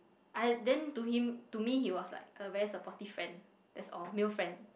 I then to him to me he was like a very supportive friend that's all male friend